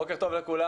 בוקר טוב לכולם.